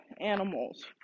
animals